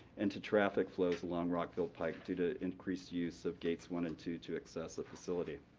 and to traffic flows along rockville pike due to increased use of gates one and two to access the facility.